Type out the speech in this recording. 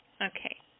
Okay